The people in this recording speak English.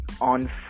on